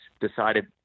decided